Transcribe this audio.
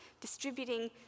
distributing